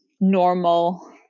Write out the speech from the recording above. normal